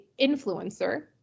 influencer